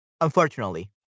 Unfortunately